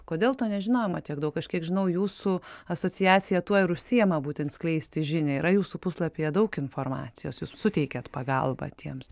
kodėl to nežinojimo tiek daug aš kiek žinau jūsų asociacija tuo ir užsiima būtent skleisti žinią yra jūsų puslapyje daug informacijos jūs suteikiat pagalbą tiems